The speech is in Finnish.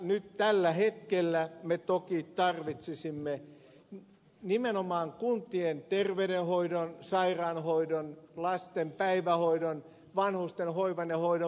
nyt tällä hetkellä me toki tarvitsisimme nimenomaan kuntien terveydenhoidon sairaan hoidon lasten päivähoidon vanhustenhoivan ja hoidon vahvistamista